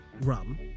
rum